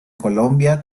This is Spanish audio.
colombia